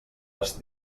les